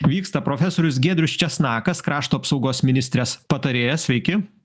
vyksta profesorius giedrius česnakas krašto apsaugos ministrės patarėjas sveiki